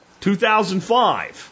2005